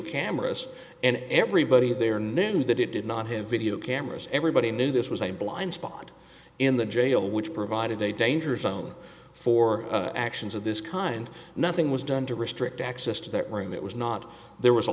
cameras and everybody there knew that it did not have video cameras everybody knew this was a blind spot in the jail which provided a danger zone for actions of this kind nothing was done to restrict access to that room it was not there was a